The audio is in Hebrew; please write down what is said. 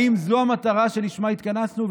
האם זו המטרה שלשמה התכנסנו?